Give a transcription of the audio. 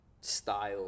style